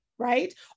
right